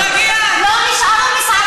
שביום חמישי אנשים שהלכו לשתות קפה,